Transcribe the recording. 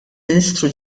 ministru